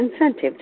incentive